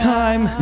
time